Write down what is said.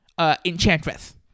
Enchantress